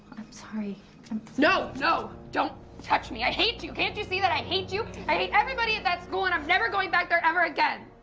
i'm sorry. i'm no! no! don't touch me! i hate you! can't you see that i hate you? i hate everybody at that school, and i'm never going back there ever again!